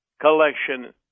collection